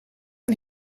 aan